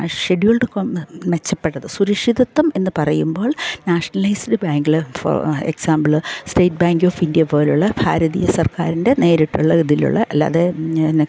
scheduled മെച്ചപ്പെട്ടത് സുരക്ഷിതത്വം എന്ന് പറയുമ്പോൾ നാഷണലൈസ്ഡ് ബാങ്കില് for example state bank of India പോലെ ഉള്ള ഭാരതീയ സർക്കാരിൻ്റെ നേരിട്ടുള്ള ഇതിലുള്ള അല്ലാതെ പിന്നെ